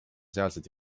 sealsed